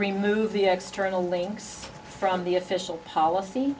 remove the external links from the official policy